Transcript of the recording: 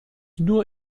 nur